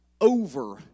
over